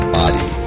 body